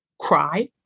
cry